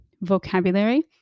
vocabulary